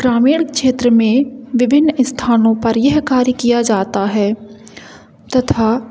ग्रामीण क्षेत्र में विभिन्न स्थानों पर यह कार्य किया जाता है तथा